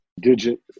Digit